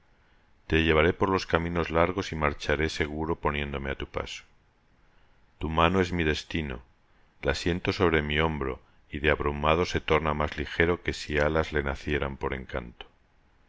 te llevaré por los caminos largos y marcharé seguro poniéndome á tu paso tu mano es mi destino la siento sobre mi hombro y de abrumado se torna más lijero que si alas le nacieran por encanto